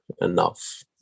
enough